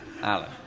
Alan